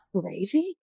crazy